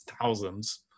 thousands